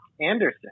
Anderson